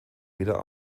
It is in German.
wieder